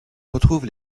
retrouve